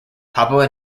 papua